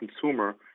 consumer